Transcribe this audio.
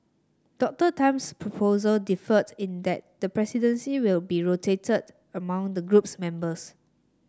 Doctor Tan's proposal differed in that the presidency will be rotated among the group's members